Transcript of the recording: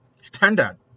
Standard